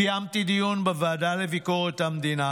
קיימתי דיון בוועדה לביקורת המדינה,